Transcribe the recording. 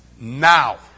now